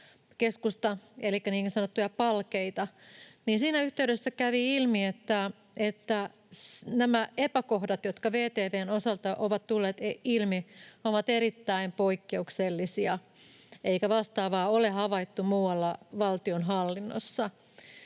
palvelukeskusta elikkä niin sanottuja Palkeita, niin siinä yhteydessä kävi ilmi, että nämä epäkohdat, jotka VTV:n osalta ovat tulleet ilmi, ovat erittäin poikkeuksellisia, eikä vastaavaa ole havaittu muualla valtionhallinnossa.